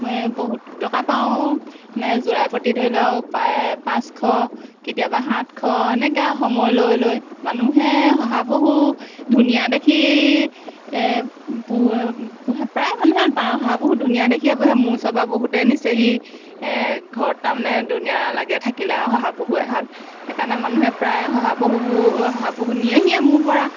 বহুত টকা পাওঁ মানে যোৰাই প্ৰতি ধৰি লওক পাঁচশ কেতিয়াবা সাতশ এনেকৈ আৰু সময় লৈ লৈ মানুহে শহাপহু ধুনীয়া দেখি পোহ পোহে প্ৰায় মানুহে শহাপহু ধুনীয়া দেখিয়ে পোহে মোৰ ওচৰৰপৰা বহুতেই নিচেহি ঘৰত তাৰমানে ধুনীয়া লাগে থাকিলে আৰু শহাপহু এহাল সেইকাৰণে মানুহে প্ৰায় শহাপহুবোৰ শহাপহু নিয়েহিয়ে মোৰপৰা